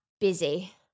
busy